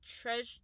treasure